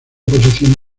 posición